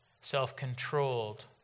self-controlled